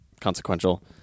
consequential